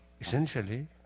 Essentially